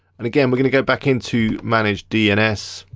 and again, we're gonna go back into manage dns.